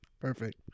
Perfect